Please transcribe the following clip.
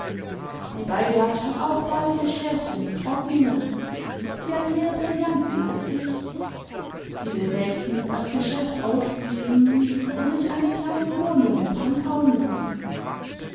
die beidatsch hat auch bald ihr schäfchen im trocknen sie hat mehr brillanten als ich sie will nächstens das geschäft aufgeben und sich eine kleine wohnung in pankow mieten